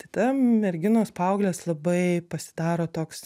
tada merginos paauglės labai pasidaro toks